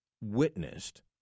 witnessed